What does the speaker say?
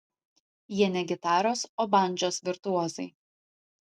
jie ne gitaros o bandžos virtuozai